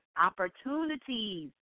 opportunities